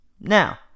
Now